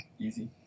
Easy